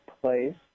place